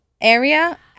area